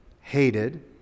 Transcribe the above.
hated